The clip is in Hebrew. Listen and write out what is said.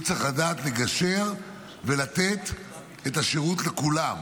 הוא צריך לדעת לגשר ולתת את השירות לכולם,